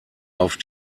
auf